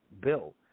Bill